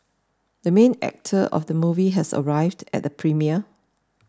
the main actor of the movie has arrived at the premiere